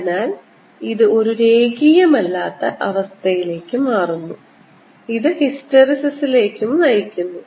അതിനാൽ ഇത് ഒരു രേഖീയമല്ലാത്ത അവസ്ഥയിലേക്ക് മാറുന്നു ഇത് ഹിസ്റ്റെറിസിസിലേക്കും നയിക്കുന്നു